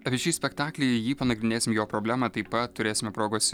apie šį spektaklį jį panagrinėsim jo problemą taip pat turėsime progos